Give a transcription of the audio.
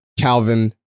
Calvin